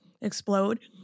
explode